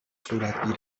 صورت